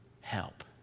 help